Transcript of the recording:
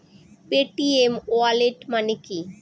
Paytm wallet মানে কি?